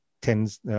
tends